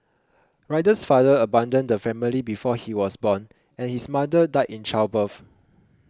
riddle's father abandoned the family before he was born and his mother died in childbirth